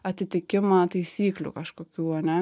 atitikimą taisyklių kažkokių ane